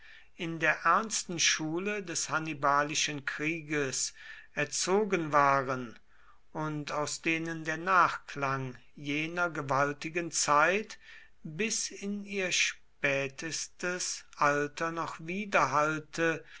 in der ernsten schule des hannibalischen krieges erzogen waren und aus denen der nachklang jener gewaltigen zeit bis in ihr spätestes alter noch widerhallte